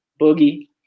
Boogie